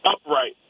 upright